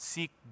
Seek